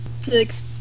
Six